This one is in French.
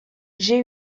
j’ai